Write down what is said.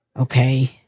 Okay